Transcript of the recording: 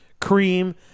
Cream